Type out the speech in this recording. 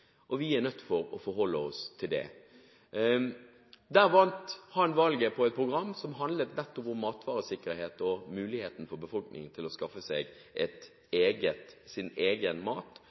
og vi er nødt for å forholde oss til det, sa presidenten. Han vant valget på et program som handlet nettopp om matvaresikkerhet og muligheten for befolkningen til å skaffe seg sin egen mat